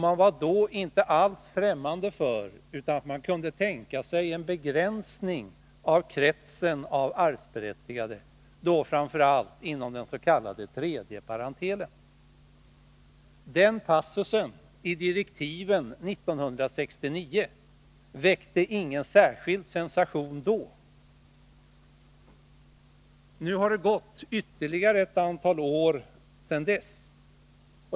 Man var då inte alls fftämmande för, utan man kunde tänka sig, en begränsning av kretsen av arvsberättigade, framför allt i fråga om den s.k. tredje parentelen. Den passusen i direktiven väckte ingen särskild uppmärksamhet 1969. Det har gått ett antal år sedan dess.